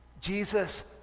Jesus